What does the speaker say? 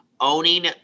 owning